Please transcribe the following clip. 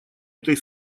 этой